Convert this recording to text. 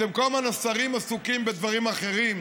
כל הזמן השרים עסוקים בדברים אחרים.